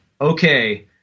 okay